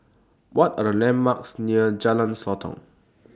What Are The landmarks near Jalan Sotong